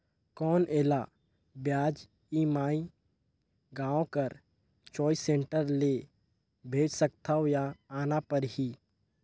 कौन एला ब्याज ई.एम.आई गांव कर चॉइस सेंटर ले भेज सकथव या आना परही?